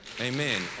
amen